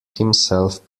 himself